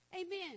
Amen